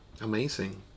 amazing